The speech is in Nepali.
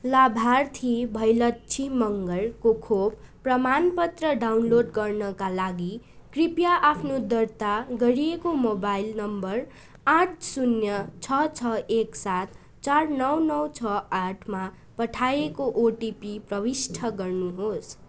लाभार्थी भयलक्षी मँगरको खोप प्रमाणपत्र डाउनलोड गर्नाका लागि कृपया आफ्नो दर्ता गरिएको मोबाइल नम्बर आठ शून्य छ छ एक सात चार नौ नौ छ आठमा पठाएको ओटिपी प्रविष्ट गर्नुहोस्